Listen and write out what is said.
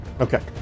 Okay